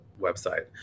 website